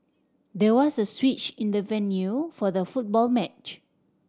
there was a switch in the venue for the football match